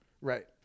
Right